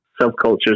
subcultures